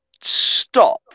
stop